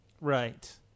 Right